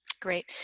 Great